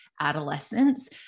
adolescence